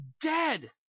dead